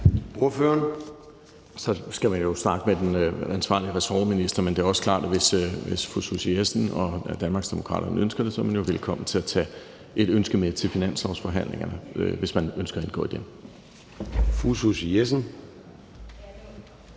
(S): Så skal man jo snakke med den ansvarlige ressortminister, men det er også klart, at hvis fru Susie Jessen og Danmarksdemokraterne ønsker det, er man jo velkommen til at tage et ønske med til finanslovsforhandlingerne. Kl. 09:59 Formanden (Søren Gade): Fru Susie Jessen.